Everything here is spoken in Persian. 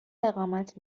اقامت